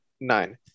Nine